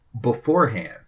beforehand